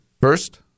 first